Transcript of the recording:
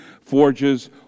forges